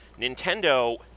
Nintendo